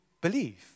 believe